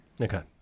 Okay